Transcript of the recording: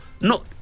no